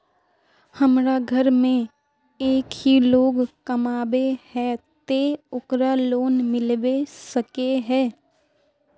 हमरा घर में एक ही लोग कमाबै है ते ओकरा लोन मिलबे सके है?